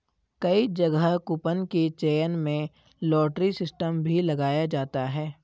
कई जगह कूपन के चयन में लॉटरी सिस्टम भी लगाया जाता है